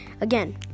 Again